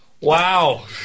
Wow